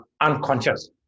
unconscious